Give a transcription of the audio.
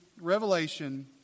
Revelation